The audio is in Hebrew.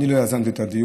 אני לא יזמתי את הדיון,